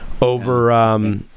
over